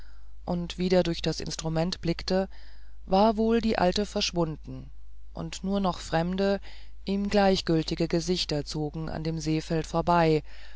und wieder durch das instrument blickte war wohl die alte verschwunden und nur noch fremde ihm gleichgültige gesichter zogen an dem sehfeld vorbei